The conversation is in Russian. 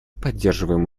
поддерживаем